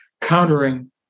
countering